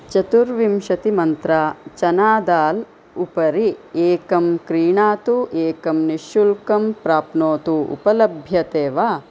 चतुर्विंशतिमन्त्रा चना दाल् उपरि एकं क्रीणातु एकं निःशुल्कं प्राप्नोतु उपलभ्यते वा